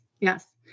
yes